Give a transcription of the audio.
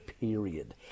period